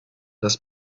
dass